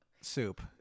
soup